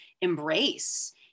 embrace